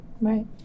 Right